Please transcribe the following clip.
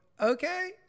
okay